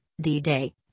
D-Day